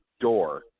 door